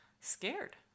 scared